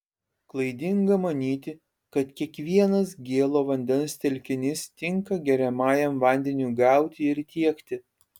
klaidinga manyti kad kiekvienas gėlo vandens telkinys tinka geriamajam vandeniui gauti ir tiekti